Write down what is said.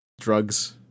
drugs